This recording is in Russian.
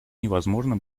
невозможно